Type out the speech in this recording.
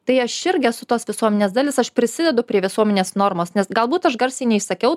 tai aš irgi esu tos visuomenės dalis aš prisidedu prie visuomenės normos nes galbūt aš garsiai neišsakiau